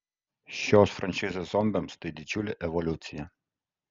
šios frančizės zombiams tai didžiulė evoliucija